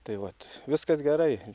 tai vat viskas gerai